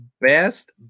best